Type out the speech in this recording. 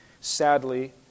Sadly